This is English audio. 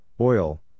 oil